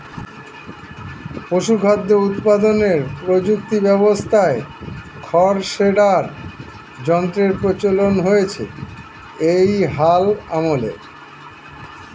পশুখাদ্য উৎপাদনের প্রযুক্তি ব্যবস্থায় খড় শ্রেডার যন্ত্রের প্রচলন হয়েছে এই হাল আমলে